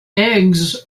eggs